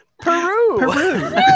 Peru